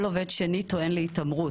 כל עובד שני טוען להתעמרות.